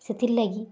ସେଥିର୍ ଲାଗି